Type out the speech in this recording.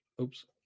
oops